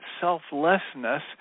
selflessness